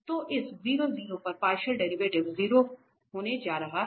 तो इस 0 0 पर पार्शियल डेरिवेटिव 0 होने जा रहा है